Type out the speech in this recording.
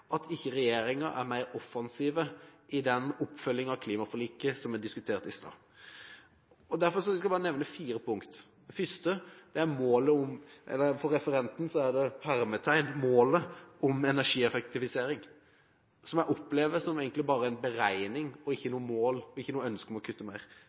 at ikke regjeringen er mer offensiv i den oppfølgingen av klimaforliket som vi diskuterte i stad. Derfor skal jeg bare nevne fire punkter. Det første er «målet om energieffektivisering», som jeg opplever som egentlig bare en beregning, ikke som noe mål og ikke som noe ønske om å kutte mer.